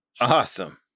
Awesome